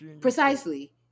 Precisely